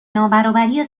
نابرابری